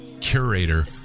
curator